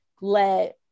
let